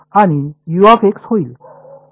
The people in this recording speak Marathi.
तर आणि होईल वर